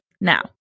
Now